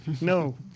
no